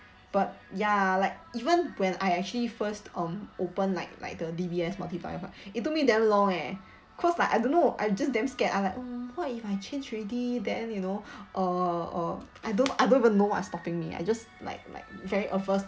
but ya like even when I actually first um open like like the D_B_S multiplier it took me damn long eh cause like I don't know I just damn scared ah like uh what if I change already then you know uh uh I don't I don't even know what's stopping me I just like like very averse